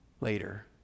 later